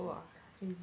oh my god